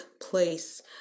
place